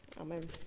Amen